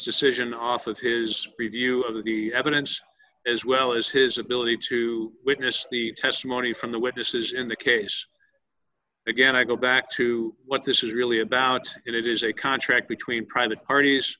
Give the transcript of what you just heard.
decision off of his review of the evidence as well as his ability to witness the testimony from the witnesses in the case again i go back to what this is really about it is a contract between private parties